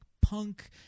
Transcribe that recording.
punk